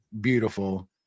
beautiful